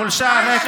מול שער ריק,